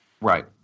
Right